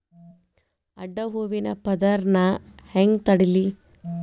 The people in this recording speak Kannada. ಅಡ್ಡ ಹೂವಿನ ಪದರ್ ನಾ ಹೆಂಗ್ ತಡಿಲಿ?